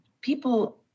people